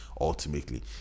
ultimately